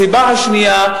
הסיבה השנייה,